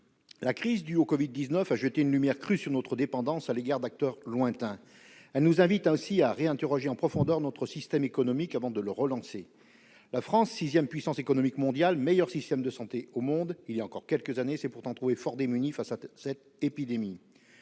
la crise due au Covid-19 a jeté une lumière crue sur notre dépendance à l'égard d'acteurs lointains. Elle nous invite ainsi à reconsidérer en profondeur notre système économique, avant de le relancer. La France, sixième puissance économique mondiale, qui possédait le meilleur système de santé du monde il y a encore quelques années, s'est pourtant trouvée fort démunie face à cette épidémie.